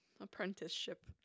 apprenticeship